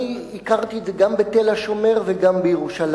אני הכרתי את זה גם ב"תל השומר" וגם בירושלים.